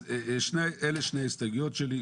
אז אלה שתי ההסתייגויות שלי,